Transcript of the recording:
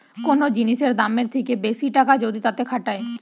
কোন জিনিসের দামের থেকে বেশি টাকা যদি তাতে খাটায়